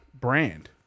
brand